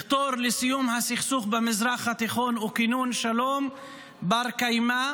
לחתור לסיום הסכסוך במזרח התיכון וכינון שלום בר קיימה